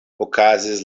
okazis